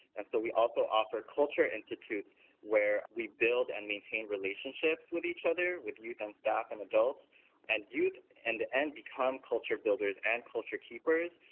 and so we also offer culture institutes where we build and maintain relationships with each other with youth and staff and adults and youth in the end become culture builders and culture keepers,